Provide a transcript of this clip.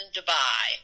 Dubai